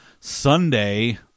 sunday